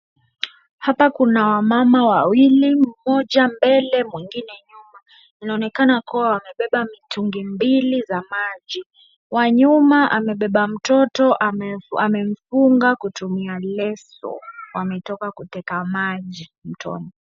Hapa kuna wamama wawili, mmoja mbele, mwingine nyuma. Inaonekana kuwa wamebeba mitungi mbili za maji. Wa nyuma amebeba mtoto amemfunga kutumia leso, wametoka kuteka maji mtoni.